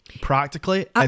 practically